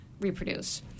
reproduce